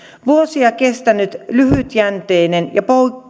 vuosia kestänyt lyhytjänteinen ja